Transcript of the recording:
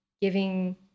giving